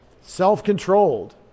self-controlled